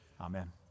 Amen